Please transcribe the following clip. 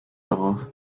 darauf